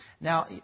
Now